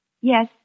Yes